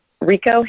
Rico